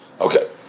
Okay